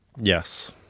Yes